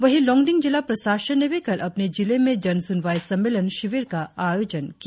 वही लोंगडिंग जिला प्रशासन ने भी कल अपने जिले में जन सुनवाई सम्मेलन शिवीर का आयोजन किया